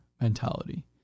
mentality